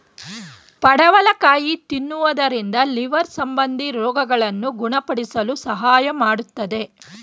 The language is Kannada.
ಪಡವಲಕಾಯಿ ತಿನ್ನುವುದರಿಂದ ಲಿವರ್ ಸಂಬಂಧಿ ರೋಗಗಳನ್ನು ಗುಣಪಡಿಸಲು ಸಹಾಯ ಮಾಡತ್ತದೆ